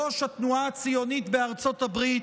ראש התנועה הציונית בארצות הברית,